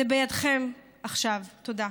זה בידכם עכשיו, תודה.